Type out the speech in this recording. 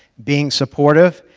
being supportive,